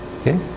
okay